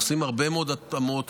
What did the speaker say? אנחנו עושים הרבה מאוד התאמות.